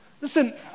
Listen